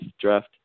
draft